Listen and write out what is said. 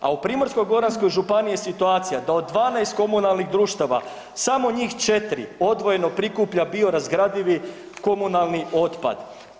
A u Primorsko-goranskoj županiji je situacija da od 12 komunalnih društava samo njih 4 odvojeno prikuplja biorazgradivi komunalni otpad.